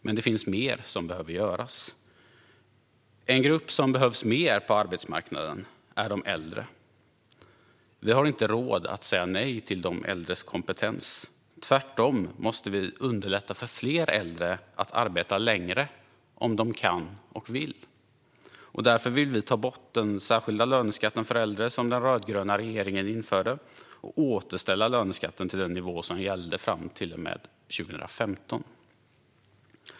Men det finns mer som behöver göras. En grupp som behövs mer på arbetsmarknaden är de äldre. Vi har inte råd att säga nej till de äldres kompetens. Tvärtom måste vi underlätta för fler äldre att arbeta längre om de kan och vill. Därför vill vi ta bort den särskilda löneskatt för äldre som den rödgröna regeringen införde och återställa löneskatten till den nivå som gällde fram till och med 2015.